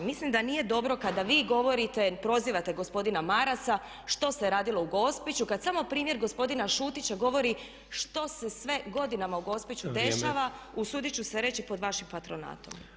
Mislim da nije dobro kada vi govorite, prozivate gospodina Marasa što se radilo u Gospiću kada samo primjer gospodina Šutića govori što se sve godinama u Gospiću dešava, usuditi ću se reći pod vašim patronatom.